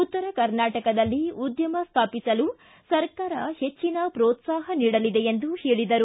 ಉತ್ತರ ಕರ್ನಾಟಕದಲ್ಲಿ ಉದ್ದಮ ಸ್ವಾಪಿಸಲು ಸರ್ಕಾರ ಹೆಜ್ಜಿನ ಪ್ರೋತ್ಸಾಹ ನೀಡಲಿದೆ ಎಂದರು